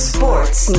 Sports